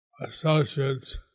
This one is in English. associates